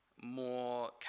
more